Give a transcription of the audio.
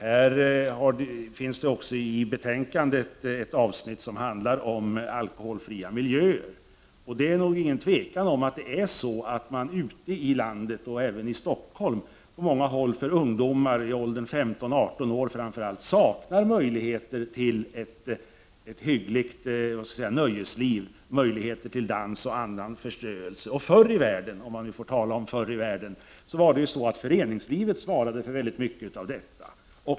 Det finns i betänkandet ett avsnitt som handlar om alkoholfria miljöer. Och det är utan tvivel så att man ute i landet, och även i Stockholm på många håll, för ungdomar i framför allt åldern 15-18 år saknar möjligheter till ett hyggligt nöjesliv, möjligheter till dans och annan förströelse. Förr i världen — om man nu får tala om ”förr i världen” — svarade ju föreningslivet för mycket av detta.